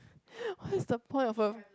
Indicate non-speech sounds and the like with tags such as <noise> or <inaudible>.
<laughs> what is the point of a